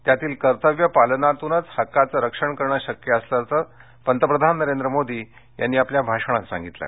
त्यातील कर्तव्य पालनातूनच हक्काचं रक्षण करणं शक्य असल्याच पतप्रधान नरेंद्र मोदी यांनी आपल्या भाषणात सांगितलं